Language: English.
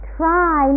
try